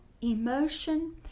emotion